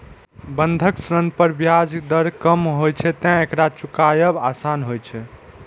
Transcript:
बंधक ऋण पर ब्याज दर कम होइ छैं, तें एकरा चुकायब आसान होइ छै